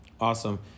awesome